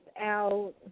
out